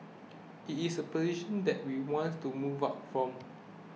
it is a position that we wants to move up from